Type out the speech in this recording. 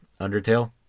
Undertale